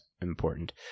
important